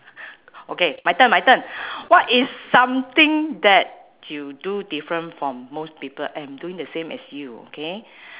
okay my turn my turn what is something that you do different from most people I am doing the same as you okay